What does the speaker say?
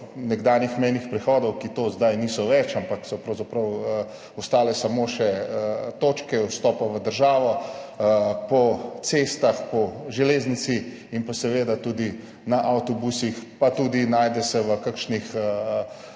nekdanjih mejnih prehodov, ki to zdaj niso več, ampak so pravzaprav ostale samo še točke vstopa v državo, po cestah, po železnici in pa seveda tudi avtobusih, najdejo se tudi v kakšnih